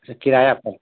किराया आपका